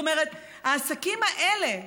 כלומר העסקים האלה,